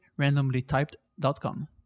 randomlytyped.com